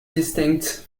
distinct